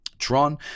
Tron